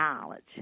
knowledge